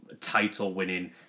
title-winning